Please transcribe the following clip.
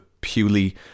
purely